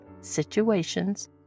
situations